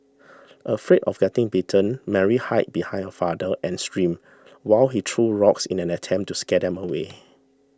afraid of getting bitten Mary hide behind her father and screamed while he threw rocks in an attempt to scare them away